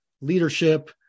leadership